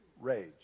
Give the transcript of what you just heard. rage